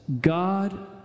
God